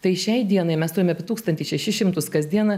tai šiai dienai mes turime apie tūkstantį šeši šimtus kasdieną